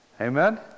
Amen